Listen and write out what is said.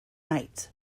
nights